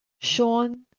Sean